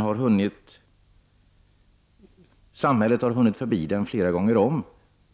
Samhällsutvecklingen har gått förbi den flera gånger om